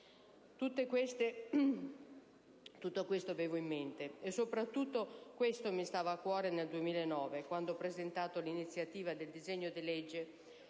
Tutto questo avevo in mente, e soprattutto questo mi stava a cuore nel 2009, quando ho presentato di mia iniziativa un disegno di legge,